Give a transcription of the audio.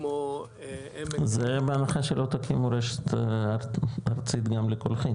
כמו עמק --- זה בהנחה שלא תקימו גם רשת ארצית גם לקולחין,